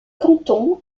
canton